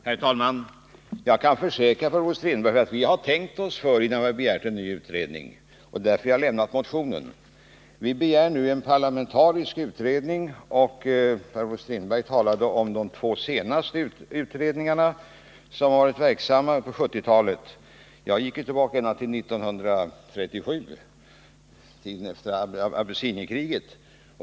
Herr talman! Jag kan försäkra Per-Olof Strindberg att vi har tänkt oss för innan vi begärt en ny utredning. Det är därför jag har väckt motionen. Vi begär nu en parlamentarisk utredning. Per-Olof Strindberg talade om de två senaste utredningarna som varit verksamma på 1970-talet. Jag gick ju tillbaka ända till 1937, till tiden efter Abessinienkriget.